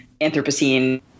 Anthropocene